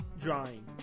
drawing